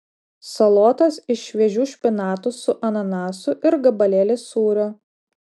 salotos iš šviežių špinatų su ananasu ir gabalėlis sūrio